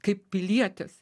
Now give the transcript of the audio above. kaip pilietis